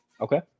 Okay